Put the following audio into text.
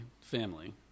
family